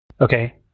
Okay